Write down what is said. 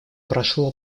прошло